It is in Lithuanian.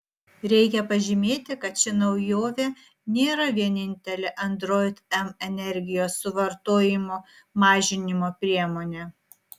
reikia pažymėti kad ši naujovė nėra vienintelė android m energijos suvartojimo mažinimo priemonė